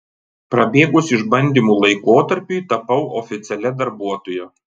prabėgus išbandymo laikotarpiui tapau oficialia darbuotoja